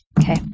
Okay